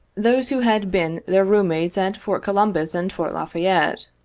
those who had been their room-mates at fort columbus and fort la fayette.